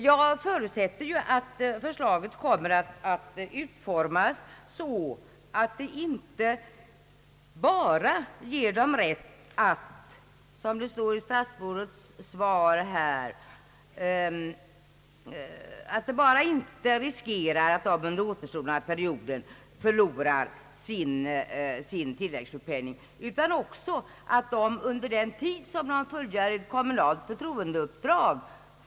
Jag förutsätter att förslaget till riksdagen kommer att utformas så att de inte bara slipper riskera att förlora sin tilläggssjukpenning under återstoden av perioden utan att de också får uppbära tilläggssjukpenning under den tid som de fullgör ett kommunal förtroendeuppdrag.